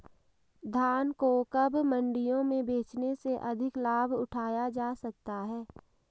धान को कब मंडियों में बेचने से अधिक लाभ उठाया जा सकता है?